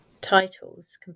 titles